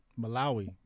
Malawi